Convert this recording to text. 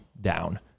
down